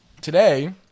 today